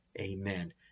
Amen